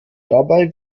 dabei